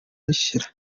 bishira